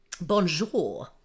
bonjour